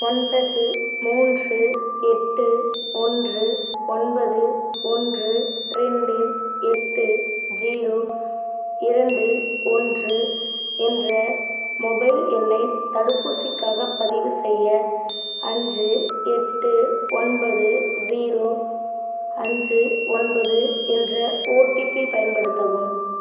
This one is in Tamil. ஒன்பது மூன்று எட்டு ஒன்று ஒன்பது ஒன்று ரெண்டு எட்டு ஜீரோ இரண்டு ஒன்று என்ற மொபைல் எண்ணை தடுப்பூசிக்காக பதிவுசெய்ய அஞ்சு எட்டு ஒன்பது ஜீரோ அஞ்சு ஒன்பது என்ற ஓடிபி பயன்படுத்தவும்